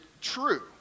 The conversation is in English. true